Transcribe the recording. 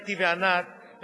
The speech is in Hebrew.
אתי וענת,